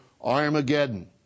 Armageddon